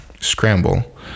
scramble